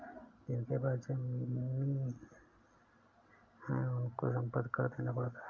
जिनके पास जमीने हैं उनको संपत्ति कर देना पड़ता है